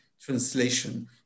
translation